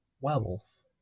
werewolf